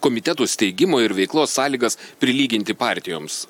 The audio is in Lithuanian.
komitetų steigimo ir veiklos sąlygas prilyginti partijoms